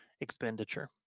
expenditure